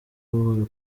buhoro